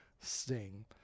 sting